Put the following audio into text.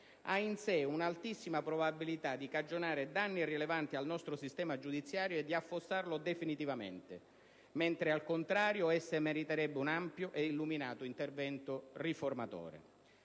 ha in sé un'altissima probabilità di cagionare danni rilevanti al nostro sistema giudiziario e di affossarlo definitivamente, mentre, al contrario, esso meriterebbe un ampio e illuminato intervento riformatore.